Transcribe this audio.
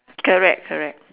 correct correct